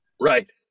Right